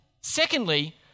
Secondly